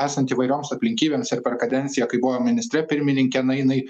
esant įvairioms aplinkybėms ir per kadenciją kai buvo ministre pirmininke na jinai